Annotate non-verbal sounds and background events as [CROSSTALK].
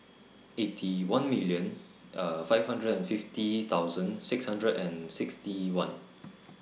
Eighty One million [HESITATION] five hundred and fifty thousand six hundred and sixty one